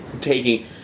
taking